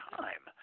time